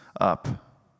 up